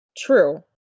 true